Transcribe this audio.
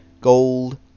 gold